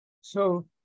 So-